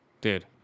dude